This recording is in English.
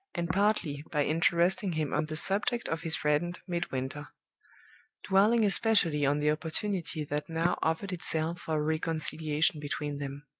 and partly by interesting him on the subject of his friend midwinter dwelling especially on the opportunity that now offered itself for a reconciliation between them.